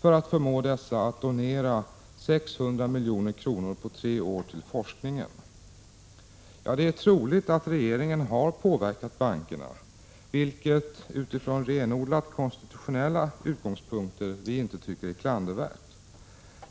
för att förmå dessa att donera 600 milj.kr. på tre år till forskningen. Det är troligt att regeringen har påverkat bankerna, vilket utifrån renodlat konstitutionella utgångspunkter inte är klandervärt.